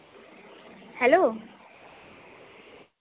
hello